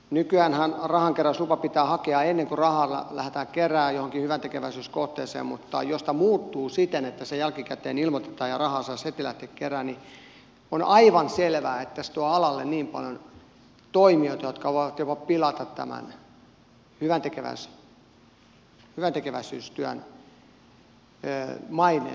nykyäänhän rahankeräyslupa pitää hakea ennen kuin rahaa lähdetään keräämään johonkin hyväntekeväisyyskohteeseen mutta jos tämä muuttuu siten että se jälkikäteen ilmoitetaan ja rahaa saisi heti lähteä keräämään niin on aivan selvää että se tuo alalle paljon toimijoita jotka voivat jopa pilata tämän hyväntekeväisyystyön maineen koko maassa